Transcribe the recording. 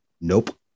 Nope